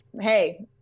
hey